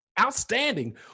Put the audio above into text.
Outstanding